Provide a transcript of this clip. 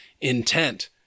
intent